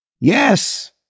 Yes